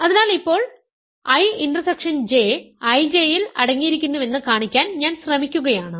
അതിനാൽ ഇപ്പോൾ I intersection J IJ യിൽ അടങ്ങിയിരിക്കുന്നുവെന്ന് കാണിക്കാൻ ഞാൻ ശ്രമിക്കുകയാണ്